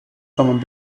from